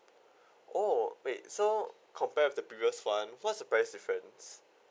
oh wait so compare with the previous one what's the price difference